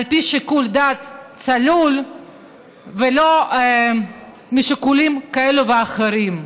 על פי שיקול דעת צלול ולא משיקולים כאלה ואחרים.